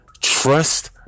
Trust